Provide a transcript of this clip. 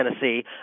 Tennessee